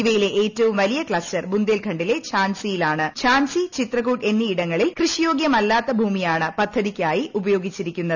ഇവയിലെ ഏറ്റവും വലിയ ക്ലസ്റ്റർ ബുന്ദേൽഖണ്ഡിലെ ഝാൻസിയിലാണ് ഝാൻസി ചിത്രകൂട് എന്നീ ഇടങ്ങളിൽ കൃഷിയോഗ്യമല്ലാത്ത ഭൂമിയാണ് പദ്ധതിക്കായി ഉപയോഗിച്ചിരിക്കുന്നത്